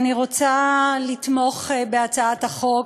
אני רוצה לתמוך בהצעת החוק